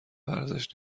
ورزش